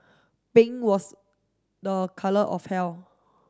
pink was the colour of